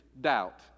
doubt